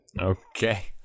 Okay